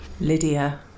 Lydia